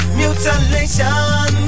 mutilation